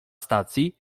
stacji